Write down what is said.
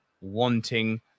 wanting